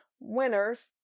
winners